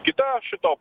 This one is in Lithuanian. kita šito